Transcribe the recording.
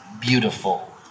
beautiful